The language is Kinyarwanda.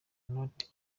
not